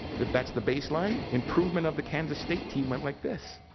if that's the baseline, improvement of the kansas state team went like this.